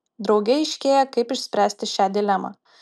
drauge aiškėja kaip išspręsti šią dilemą